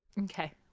Okay